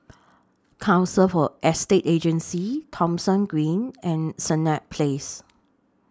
Council For Estate Agencies Thomson Green and Senett Place